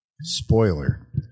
spoiler